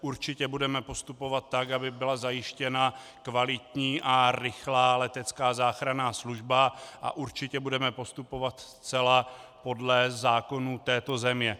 Určitě budeme postupovat tak, aby byla zajištěna kvalitní a rychlá letecká záchranná služba, a určitě budeme postupovat zcela podle zákonů této země.